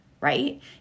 right